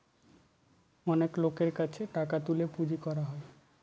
অনেক লোকের কাছে টাকা তুলে পুঁজি করা হয়